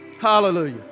hallelujah